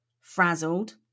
frazzled